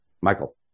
Michael